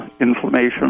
inflammation